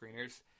screeners